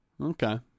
Okay